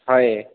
ହଏ